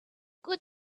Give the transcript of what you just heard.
good